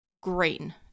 green